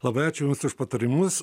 labai ačiū jums už patarimus